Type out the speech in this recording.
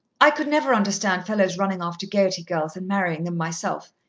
i could never understand fellows running after gaiety girls and marrying them, myself!